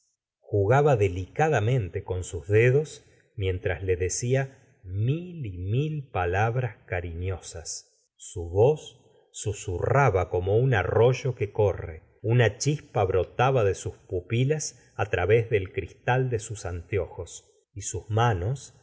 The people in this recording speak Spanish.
jugaba delicadamente con sus dedos mientras le decia mil y mil palabras cariñosas su voz susurraba como un arroyo que corre una chispa brotaba de sus pupilas á través del cristal de sus anteojos y sus manos